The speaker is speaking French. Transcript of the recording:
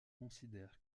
considère